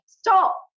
Stop